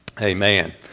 amen